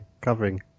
covering